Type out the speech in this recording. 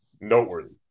noteworthy